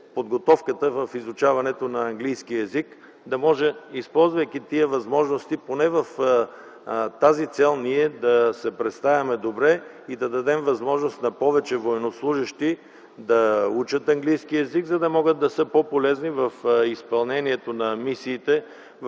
подготовката в изучаването на английски език – да може, използвайки тези възможности, поне в тази цел ние да се представим добре и да дадем възможност на повече военнослужещи да учат английски език, за да могат да са по-полезни при изпълнението на мисиите,